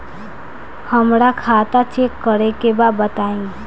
हमरा खाता चेक करे के बा बताई?